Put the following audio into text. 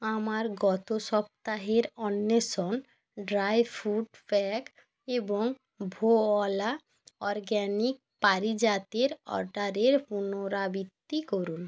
আমার গত সপ্তাহের অন্বেষণ ড্রাই ফ্রুট প্যাক এবং ভোঅলা অরগ্যানিক পারিজাতের অর্ডারের পুনরাবৃত্তি করুন